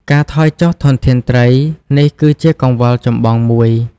ការថយចុះធនធានត្រី នេះគឺជាកង្វល់ចម្បងមួយ។